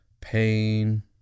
pain